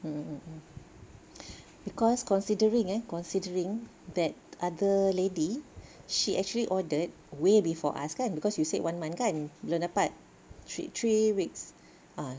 mm mm mm because considering eh considering that other lady she actually ordered way before us kan because you said one month kan belum dapat three weeks ah